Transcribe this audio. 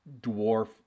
dwarf